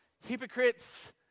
hypocrites